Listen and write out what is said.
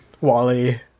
Wally